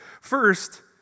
First